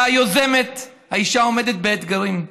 האישה היוזמת, האישה העומדת באתגרים.